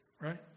right